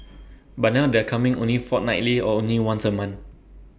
but now they're coming only fortnightly or only once A month